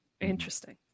Interesting